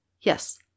Yes